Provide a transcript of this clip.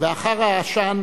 ואחר העשן